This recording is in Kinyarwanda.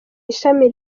ishami